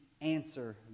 answer